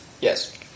Yes